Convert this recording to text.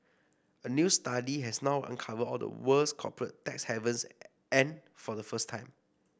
a new study has now uncovered all the world's corporate tax havens and for the first time